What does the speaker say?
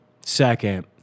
second